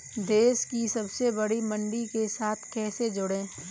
देश की सबसे बड़ी मंडी के साथ कैसे जुड़ें?